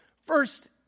First